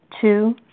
Two